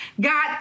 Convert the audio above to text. God